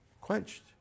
quenched